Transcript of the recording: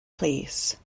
plîs